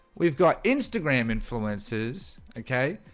we've got instagram influences. okay,